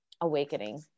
awakening